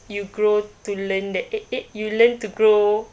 you grow to learn the eh eh you learn to grow